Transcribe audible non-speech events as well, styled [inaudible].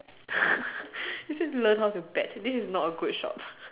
[laughs] it says learn how to bet this is not a good shop